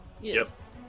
Yes